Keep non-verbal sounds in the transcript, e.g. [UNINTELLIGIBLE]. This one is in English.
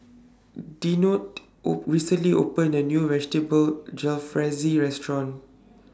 Dionte [UNINTELLIGIBLE] recently opened A New Vegetable Jalfrezi Restaurant